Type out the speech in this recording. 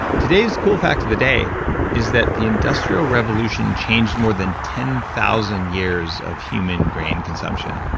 today's cool fact of the day is that the industrial revolution changed more than ten thousand years of human grain consumption.